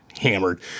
hammered